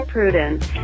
Prudence